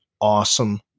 awesome